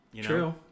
True